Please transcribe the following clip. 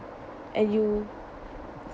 and you